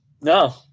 No